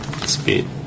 speed